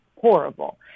horrible